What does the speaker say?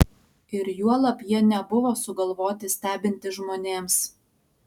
ir juolab jie nebuvo sugalvoti stebinti žmonėms